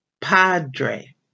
Padre